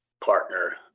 partner